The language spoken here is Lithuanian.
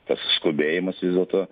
tas skubėjimas vis dėlto